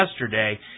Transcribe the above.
yesterday